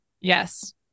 Yes